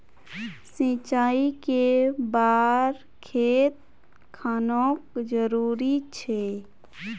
सिंचाई कै बार खेत खानोक जरुरी छै?